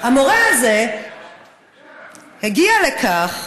המורה הזה הגיע לכך